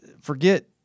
forget